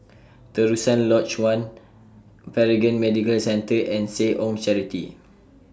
Terusan Lodge one Paragon Medical Centre and Seh Ong Charity